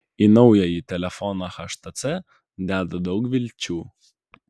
į naująjį telefoną htc deda daug vilčių